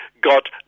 got